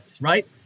right